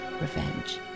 revenge